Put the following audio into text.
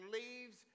leaves